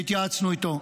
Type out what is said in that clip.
שהתייעצנו איתו.